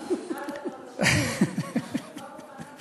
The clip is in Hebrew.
הוא יקרא את הפרוטוקול.